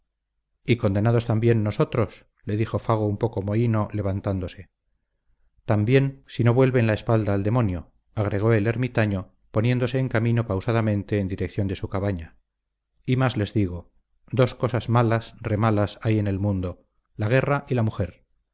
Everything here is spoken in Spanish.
y condenados también nosotros dijo fago un poco mohíno levantándose también si no vuelven la espalda al demonio agregó el ermitaño poniéndose en camino pausadamente en dirección de su cabaña y más les digo dos cosas malas remalas hay en el mundo la guerra y la mujer